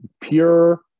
pure